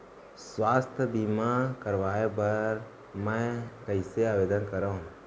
स्वास्थ्य बीमा करवाय बर मैं कइसे आवेदन करव?